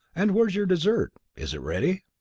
and where's your dessert? is it ready?